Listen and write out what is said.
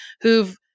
who've